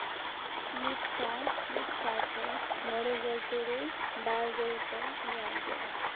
ᱢᱤᱫ ᱥᱟᱭ ᱢᱤᱫ ᱥᱟᱭ ᱯᱮ ᱢᱚᱬᱮ ᱜᱮᱞ ᱛᱩᱨᱩᱭ ᱵᱟᱨᱜᱮᱞ ᱯᱮ ᱮᱭᱟᱭ ᱜᱮᱞ